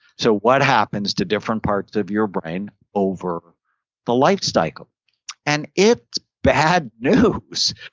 so what happens to different parts of your brain over the life cycle? and it's bad news.